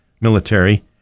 military